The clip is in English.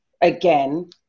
again